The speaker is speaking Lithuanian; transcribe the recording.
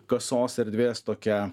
kasos erdvės tokią